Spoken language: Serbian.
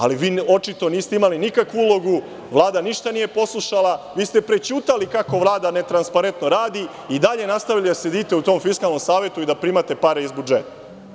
Ali vi očito niste imali nikakvu ulogu, Vlada ništa nije poslušala, vi ste prećutali kako Vlada netransparentno radi i dalje nastavljate da sedite u tom Fiskalnom savetu i da primate pare iz budžeta.